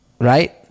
right